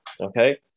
Okay